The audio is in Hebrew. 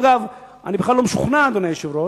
אגב, אני בכלל לא משוכנע, אדוני היושב-ראש,